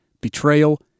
betrayal